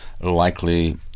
likely